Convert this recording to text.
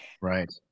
Right